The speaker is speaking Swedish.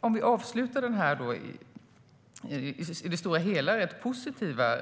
Om vi ska avsluta den här i det stora hela rätt positiva